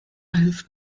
hilft